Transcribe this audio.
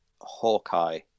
Hawkeye